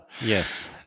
Yes